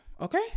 okay